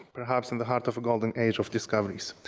perhaps in the heart of a golden age of discoveries.